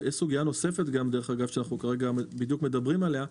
ויש סוגיה נוספת שאנחנו בדיוק מדברים עליה.